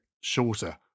shorter